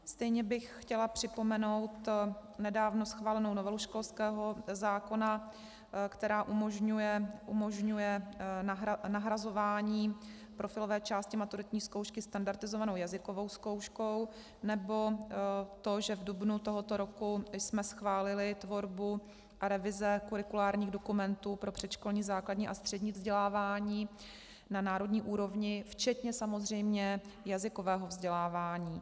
Stejně bych chtěla připomenout nedávno schválenou novelu školského zákona, která umožňuje nahrazování profilové části maturitní zkoušky standardizovanou jazykovou zkouškou, nebo to, že v dubnu tohoto roku jsme schválili tvorbu a revize kurikulárních dokumentů pro předškolní, základní a střední vzdělávání na národní úrovni, samozřejmě včetně jazykového vzdělávání.